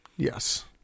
Yes